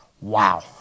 Wow